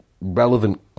relevant